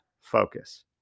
focus